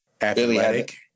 athletic